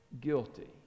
guilty